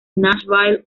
nashville